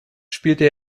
spielte